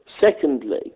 Secondly